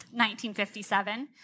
1957